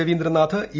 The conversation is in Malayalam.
രവീന്ദ്രനാഥ് ഇ